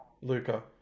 Luca